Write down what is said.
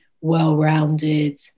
well-rounded